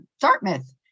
Dartmouth